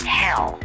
hell